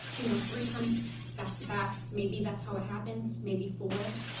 you know, three times back to back, maybe that's how it happens, maybe four,